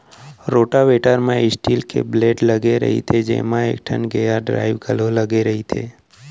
rotavator म steel के blade लगे रइथे जेमा एकठन गेयर ड्राइव घलौ लगे रथे